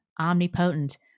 omnipotent